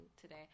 today